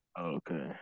Okay